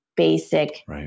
basic